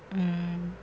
mm